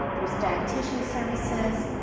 there's dietician services.